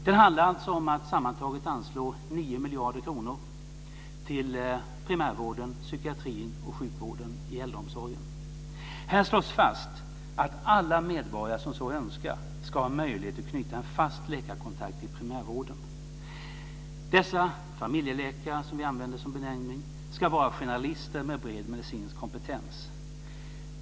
Den handlar om att sammantaget anslå 9 miljarder kronor till primärvården, psykiatrin och sjukvården i äldreomsorgen. Här slås fast att alla medborgare som så önskar ska ha möjlighet att knyta en fast läkarkontakt i primärvården. Dessa familjeläkare som vi använder som benämning ska vara generalister med bred medicinsk kompetens.